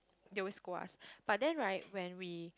they won't scold us but then right when we